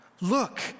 Look